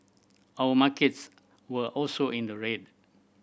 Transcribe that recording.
our markets were also in the red